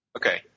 Okay